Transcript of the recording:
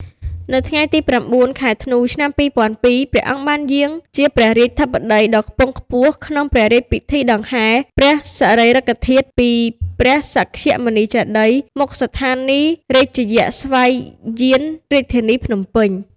នៅថ្ងៃទី០៩ ខែធ្នូ ឆ្នាំ២០០២ ព្រះអង្គបានយាងជាព្រះរាជាធិបតីដ៏ខ្ពង់ខ្ពស់ ក្នុងព្រះរាជពិធីដង្ហែព្រះសារីរិកធាតុ ពីព្រះសក្យមុនីចេតិយ មុខស្ថានីយ៍រាជាយស្ម័យយានរាជធានីភ្នំពេញ។